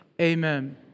Amen